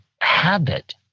habit